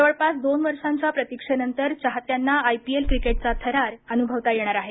जवळपास दोन वर्षांच्या प्रतीक्षेनंतर चाहत्यांना आयपीएल क्रिकेटचा थरार अनुभवता येणार आहे